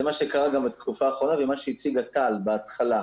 זה מה שקרה גם בתקופה האחרונה ומה שהציגה טל בהתחלה.